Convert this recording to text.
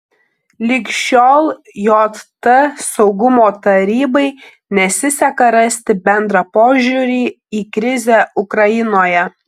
lig šiol jt saugumo tarybai nesiseka rasti bendrą požiūrį į krizę ukrainoje